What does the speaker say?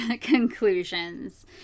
conclusions